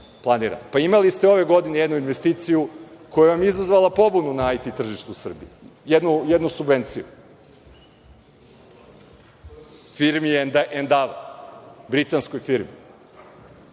IT.Imali ste ove godine jednu investiciju koja vam je izazvala pobunu na IT tržištu Srbije, jednu subvenciju firmi ''Endava'', britanskoj firmi,